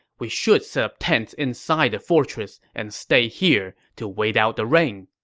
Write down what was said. we should set up tents inside the fortress and stay here to wait out the rain.